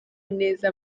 neza